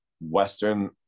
Western